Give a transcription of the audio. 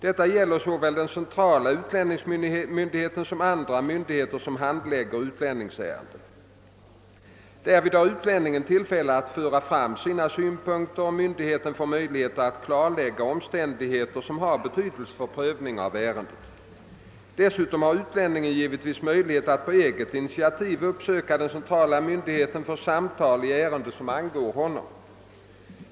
Detta gäller såväl den centrala utlänningsmyndigheten som andra myndigheter som handlägger utlänningsärenden. Därvid har utlänningen tillfälle att föra fram sina synpunkter och myndigheten får möjlighet att klarlägga omständigheter som har betydelse för prövningen av ärendet. Dessutom har utlänningen givetvis möjlighet att på eget initiativ uppsöka den centrala myndigheten för samtal i ärende som angår honom.